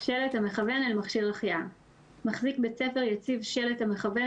שלט המכוון אל מכשיר החייאה 5. מחזיק בית ספר יציב שלט המכוון